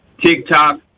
TikTok